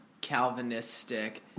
Calvinistic